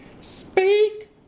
Speak